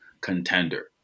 contender